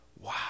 Wow